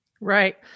Right